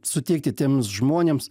suteikti tiems žmonėms